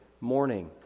morning